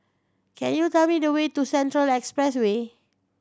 can you tell me the way to Central Expressway